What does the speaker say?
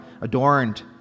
adorned